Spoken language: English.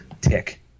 tick